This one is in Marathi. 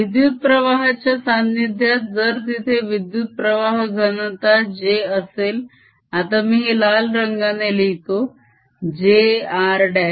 विद्युतप्रवाहाच्या सानिध्यात जर तिथे विद्युत्प्रवाह घनता j असेल आता मी लाल रंगाने लिहितो j r'